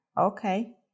Okay